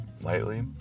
lightly